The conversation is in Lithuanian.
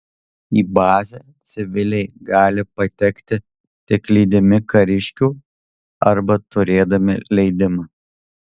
į bazę civiliai gali patekti tik lydimi kariškių arba turėdami leidimą